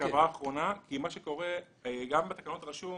בתקנות רשום